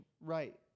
right